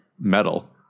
Metal